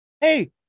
Hey